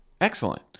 excellent